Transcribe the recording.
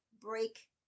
break